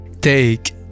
Take